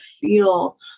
feel